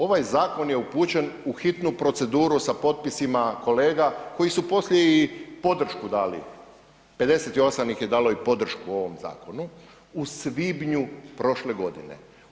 Ovaj zakon je upućen u hitnu proceduru sa potpisima kolega koji su poslije i podršku dali, 58 ih je dalo i podršku ovom zakonu u svibnju prošle godine.